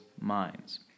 minds